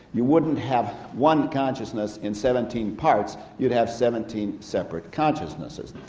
you wouldn't have one consciousness in seventeen parts, you'd have seventeen separate consciousnesses.